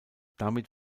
damit